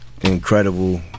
Incredible